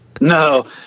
No